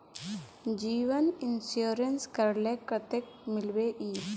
जीवन इंश्योरेंस करले कतेक मिलबे ई?